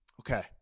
Okay